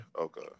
okay